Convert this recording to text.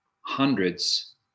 hundreds